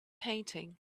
painting